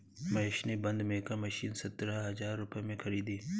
महेश ने बंद maker machine सतरह हजार रुपए में खरीदी